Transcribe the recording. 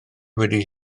wedi